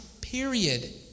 period